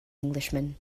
englishman